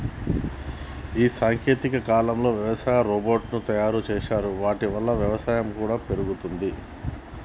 ఈ సాంకేతిక కాలంలో వ్యవసాయ రోబోట్ ను తయారు చేశారు వాటి వల్ల వ్యవసాయం కూడా పెరుగుతది